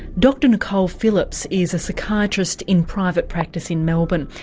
dr nicole phillips is a psychiatrist in private practice in melbourne.